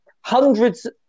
hundreds